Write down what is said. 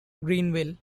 greenville